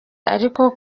ariko